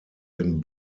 den